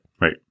right